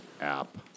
app